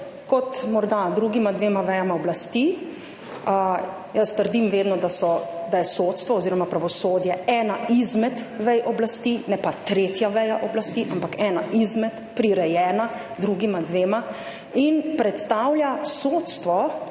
kot morda drugima dvema vejama oblasti. Jaz vedno trdim, da je sodstvo oziroma pravosodje ena izmed vej oblasti, ne tretja veja oblasti, ampak ena izmed, prirejena drugima dvema in predstavlja sodstvo